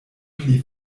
pli